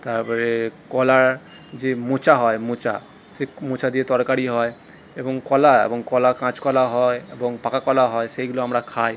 তারপরে কলার যে মোচা হয় মোচা সেই মোচা দিয়ে তরকারি হয় এবং কলা এবং কলা কাঁচকলা হয় এবং পাকা কলাও হয় সেইগুলো আমরা খাই